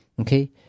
Okay